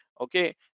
okay